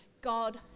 God